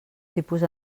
tipus